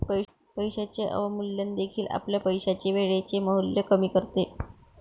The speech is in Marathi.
पैशाचे अवमूल्यन देखील आपल्या पैशाचे वेळेचे मूल्य कमी करते